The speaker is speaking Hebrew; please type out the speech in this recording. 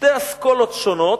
שתי אסכולות שונות.